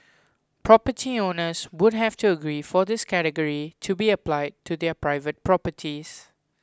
property owners would have to agree for this category to be applied to their private properties